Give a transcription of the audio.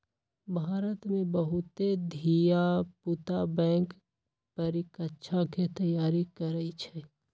भारत में बहुते धिया पुता बैंक परीकछा के तैयारी करइ छइ